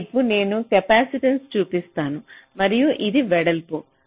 ఈ వైపు నేను కెపాసిటెన్స చూపిస్తాను మరియు ఇది వెడల్పు